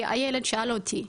כי הילד שאל אותי,